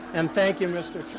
and thank you, mr.